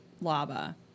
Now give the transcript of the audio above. lava